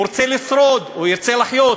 הוא ירצה לשרוד, הוא ירצה לחיות.